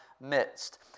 midst